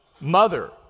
mother